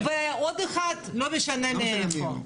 ועוד אחד, לא משנה מאיפה.